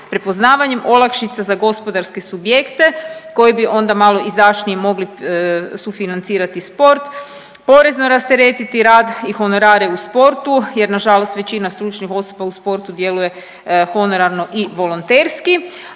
prepoznavanjem olakšica za gospodarske subjekte koji bi onda malo izdašnije sufinancirati sport. Porezno rasteretiti rad i honorare u sportu jer nažalost većina stručnih osoba u sportu djeluje honorarno i volonterski.